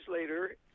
later